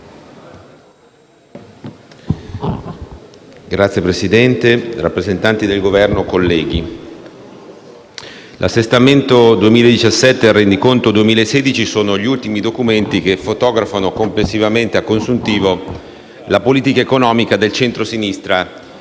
Signora Presidente, rappresentanti del Governo, colleghi, l'assestamento 2017 e il rendiconto 2016 sono gli ultimi documenti che fotografano complessivamente, a consuntivo, la politica economica del centrosinistra